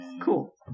Cool